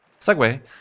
Segway